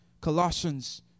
Colossians